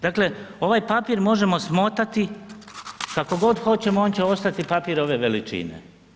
Dakle, ovaj papir možemo smotati kako god hoćemo on će ostati papir ove veličine.